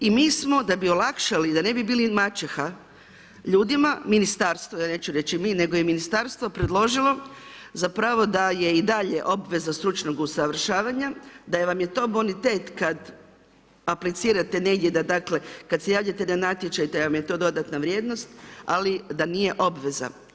I mi smo, da bi olakšali, da ne bi bili maćeha ljudima, ministarstvo je, neću reći mi, nego je Ministarstvo predložilo zapravo da je i dalje obveza stručnog usavršavanja, da vam je to bonitet kad aplicirate negdje da dakle, kad se javljate na natječaj, da vam je to dodatna vrijednost, ali da nije obveza.